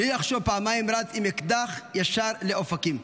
בלי לחשוב פעמיים הוא רץ עם אקדח ישר לאופקים.